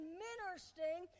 ministering